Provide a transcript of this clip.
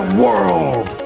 world